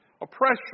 Oppression